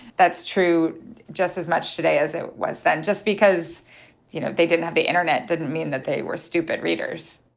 that's true just as much today as it was then just because you know they didn't have the internet didn't mean that they were stupid readers